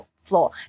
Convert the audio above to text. floor